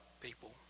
people